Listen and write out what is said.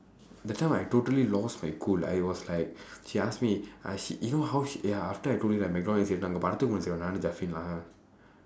that time I totally lost my cool I was like she ask me I sh~ you know how sh~ eh after I told you that mcdonald incident அங்கே:angkee செய்வோம் நானும்:seyvoom naanum lah